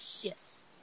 Yes